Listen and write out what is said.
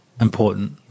important